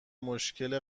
مشکل